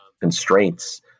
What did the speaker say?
constraints